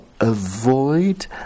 avoid